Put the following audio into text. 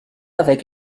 avec